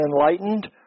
enlightened